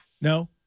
no